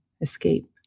escape